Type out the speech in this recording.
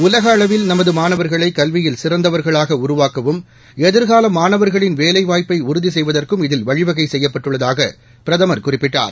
உலக அளவில் நமது மாணவர்களை கல்வியில் சிறந்தவர்களாக உருவாக்கவும் எதிர்கால மாணவர்களின் வேலை வாய்ப்பை உறுதி செய்வற்கும் இதில் வழிவகை செய்யப்பட்டுள்ளதாக பிரதம்ர் குறிப்பிட்டார்